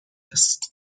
است